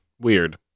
Weird